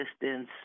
distance